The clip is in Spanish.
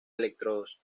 electrodos